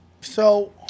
So-